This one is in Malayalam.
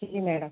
ശരി മേഡം